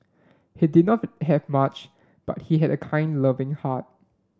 he did not have much but he had a kind loving heart